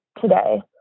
today